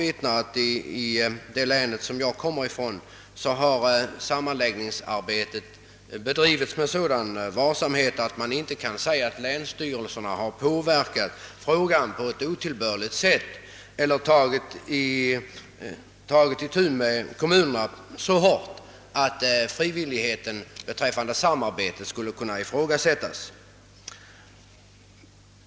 I det län som jag kommer ifrån har sammanläggningsarbetet bedrivits med sådan varsamhet, att man inte kan säga att länsstyrelsen har påverkat frågan på ett otillbörligt sätt eller tagit itu med kommunerna så hårt, att frivilligheten beträffande samarbetet kan ifrågasättas.